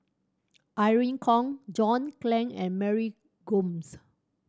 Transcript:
Irene Khong John Clang and Mary Gomes